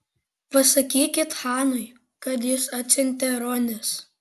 pasakykit chanui kad jus atsiuntė ronis